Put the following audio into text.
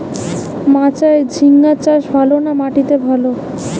মাচায় ঝিঙ্গা চাষ ভালো না মাটিতে ভালো?